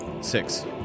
Six